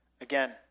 Again